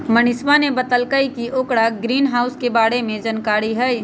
मनीषवा ने बतल कई कि ओकरा ग्रीनहाउस के बारे में जानकारी हई